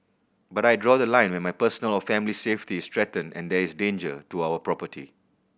but I draw the line when my personal or family's safety is threatened and there is danger to our property